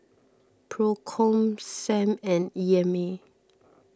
Procom Sam and E M A